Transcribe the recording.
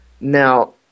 Now